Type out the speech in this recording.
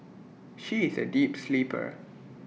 she is A deep sleeper